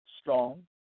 strong